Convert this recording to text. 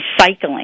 recycling